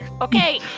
Okay